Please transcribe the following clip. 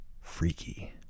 freaky